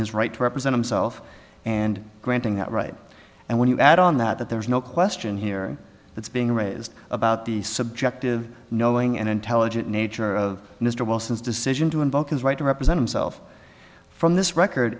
his right to represent himself and granting that right and when you add on that that there is no question here that's being raised about the subjective knowing and intelligent nature of mr wilson's decision to invoke his right to represent himself from this record